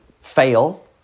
fail